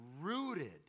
rooted